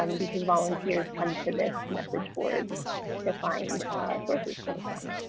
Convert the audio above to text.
um because volunteers come to this message board to find sources to work on.